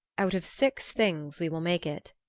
out of six things we will make it.